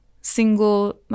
single